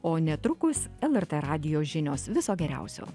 o netrukus lrt radijo žinios viso geriausio